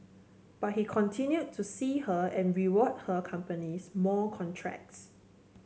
but he continued to see her and rewarded her companies more contracts